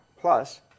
plus